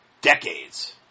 decades